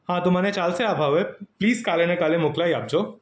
હા તો મને ચાલશે આ ભાવે પ્લીસ કાલે ને કાલે મોકલાવી આપજો